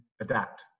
adapt